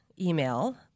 email